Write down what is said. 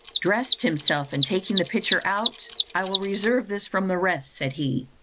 dressed himself, and taking the picture out, i will reserve this from the rest, said he,